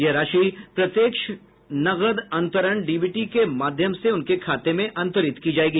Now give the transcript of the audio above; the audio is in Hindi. यह राशि प्रत्यक्ष नकद अंतरण डीबीटी के माध्यम से उनके खाते में अंतरित की जायेगी